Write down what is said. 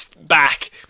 back